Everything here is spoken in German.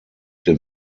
den